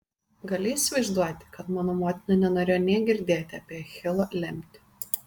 gali įsivaizduoti kad mano motina nenorėjo nė girdėti apie achilo lemtį